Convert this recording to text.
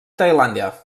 tailàndia